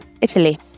Italy